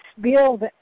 build